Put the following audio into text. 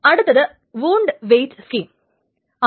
അടുത്തത് wound weight scheme ആണ്